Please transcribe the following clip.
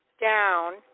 down